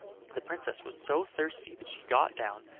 the princess was so thirsty that she got down,